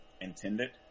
intended